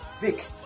Vic